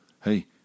hey